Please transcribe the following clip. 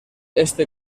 este